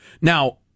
Now